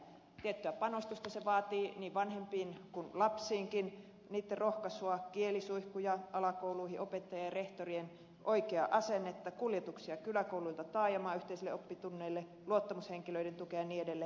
tiettyä panostusta se vaatii niin vanhempiin kuin lapsiinkin heidän rohkaisuaan kielisuihkuja alakouluihin opettajien ja rehtorien oikeaa asennetta kuljetuksia kyläkouluilta taajamaan yhteisille oppitunneille luottamushenkilöiden tukea ja niin edelleen